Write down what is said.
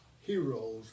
heroes